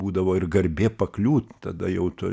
būdavo ir garbė pakliūt tada jau tu